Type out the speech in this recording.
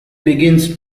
begins